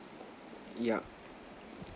yup